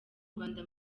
rwanda